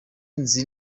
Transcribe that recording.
nzi